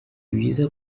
byiza